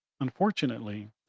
unfortunately